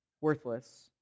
worthless